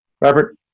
Robert